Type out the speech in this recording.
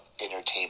entertainment